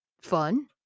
fun